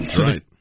right